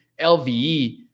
LVE